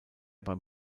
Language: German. beim